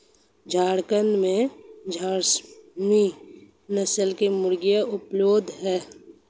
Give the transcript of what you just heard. झारखण्ड में झारसीम नस्ल की मुर्गियाँ उपलब्ध है